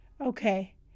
Okay